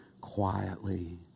quietly